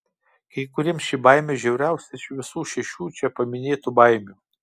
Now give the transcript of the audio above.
kai kuriems ši baimė žiauriausia iš visų šešių čia paminėtų baimių